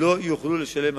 לא יוכלו לשלם משכורת.